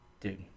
Dude